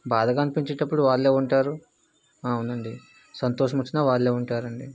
బాధగా అనిపించేటప్పుడు వాళ్ళు ఉంటారు ఆ అవును అండి సంతోషం వచ్చిన వాళ్ళు ఉంటారు అండి